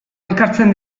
elkartzen